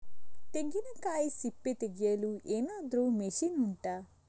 ತೆಂಗಿನಕಾಯಿ ಸಿಪ್ಪೆ ತೆಗೆಯಲು ಏನಾದ್ರೂ ಮಷೀನ್ ಉಂಟಾ